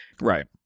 Right